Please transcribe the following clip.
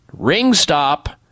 Ringstop